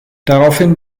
daraufhin